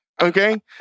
Okay